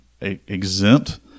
exempt